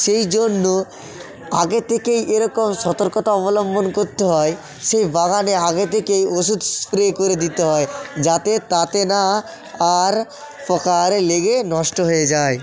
সেই জন্য আগে থেকেই এরকম সতর্কতা অবলম্বন করতে হয় সেই বাগানে আগে থেকেই ওষুধ স্প্রে করে দিতে হয় যাতে তাতে না আর পোকা আরে লেগে নষ্ট হয়ে যায়